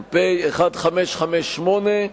פ/1558/18,